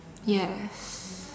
yes